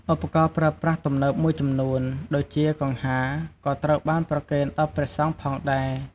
ឧបករណ៍ប្រើប្រាស់ទំនើបមួយចំនួន ដូចជាកង្ហារ ក៏ត្រូវបានប្រគេនដល់ព្រះសង្ឃផងដែរ។